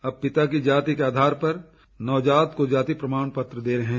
अब पिता की जाति के आधार पर नवजात को जाति प्रमाण पत्र दे रहे हैं